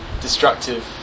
destructive